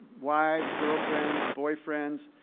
wives, girlfriends, boyfriends.